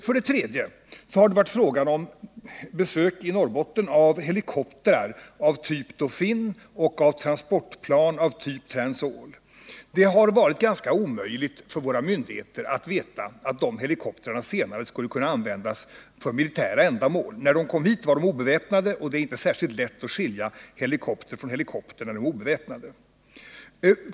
För det tredje har det varit fråga om besök i Norrbotten av helikoptrar av typ Dophin och av transportplan av typ Transall. Det var omöjligt för våra myndigheter att veta att dessa helikoptrar senare skulle kunna användas för militära ändamål. När de kom hit var de obeväpnade, och det är då inte särskilt lätt att skilja helikopter från helikopter.